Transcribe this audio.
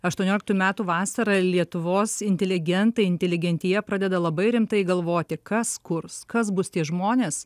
aštuonioliktų metų vasarą lietuvos inteligentai inteligentija pradeda labai rimtai galvoti kas kurs kas bus tie žmonės